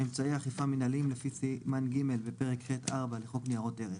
אמצעי אכיפה מינהליים לפי סימן ג' בפרק ח'4 לחוק ניירות ערך.